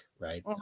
right